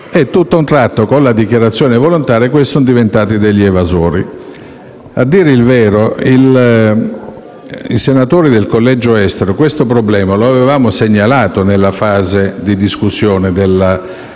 Tutto a un tratto, con la dichiarazione volontaria, sono diventati evasori. A dire il vero, noi senatori del collegio estero questo problema lo avevamo segnalato nella fase di discussione della